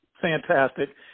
fantastic